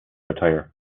attire